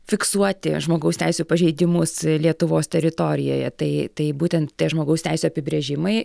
fiksuoti žmogaus teisių pažeidimus lietuvos teritorijoje tai tai būtent žmogaus teisių apibrėžimai